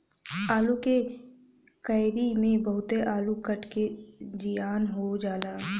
आलू के क्यारी में बहुते आलू कट के जियान हो जाला